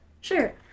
Sure